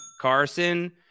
Carson